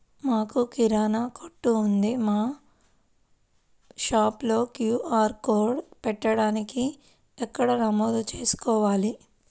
మాకు కిరాణా కొట్టు ఉంది మా షాప్లో క్యూ.ఆర్ కోడ్ పెట్టడానికి ఎక్కడ నమోదు చేసుకోవాలీ?